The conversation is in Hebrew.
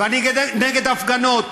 ואני נגד הפגנות,